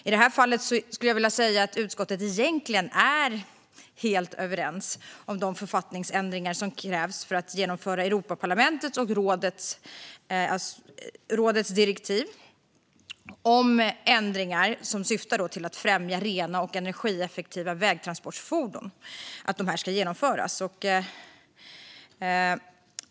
I det här fallet skulle jag vilja säga att utskottet egentligen är helt överens om de författningsändringar som krävs för att Europaparlamentets och rådets direktiv om ändringar som syftar till att främja rena och energieffektiva vägtransportfordon ska genomföras.